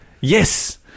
Yes